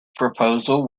proposal